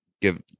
give